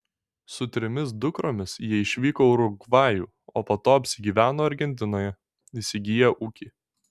su trimis dukromis jie išvyko į urugvajų o po to apsigyveno argentinoje įsigiję ūkį